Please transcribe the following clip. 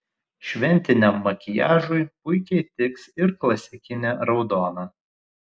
šventiniam makiažui puikiai tiks ir klasikinė raudona